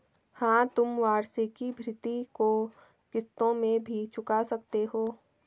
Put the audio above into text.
हाँ, तुम वार्षिकी भृति को किश्तों में भी चुका सकते हो